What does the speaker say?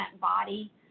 body